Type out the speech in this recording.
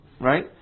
right